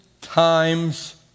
times